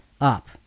up